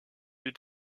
est